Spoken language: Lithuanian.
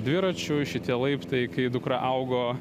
dviračiu šitie laiptai kai dukra augo